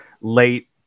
late